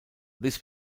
this